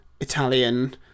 Italian